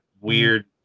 weird